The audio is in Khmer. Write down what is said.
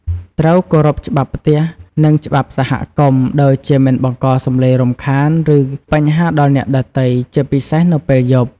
ត្រូវគោរពច្បាប់ផ្ទះ និងច្បាប់សហគមន៍ ដូចជាមិនបង្កសំឡេងរំខាន ឬបញ្ហាដល់អ្នកដទៃ ជាពិសេសនៅពេលយប់។